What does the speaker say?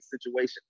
situation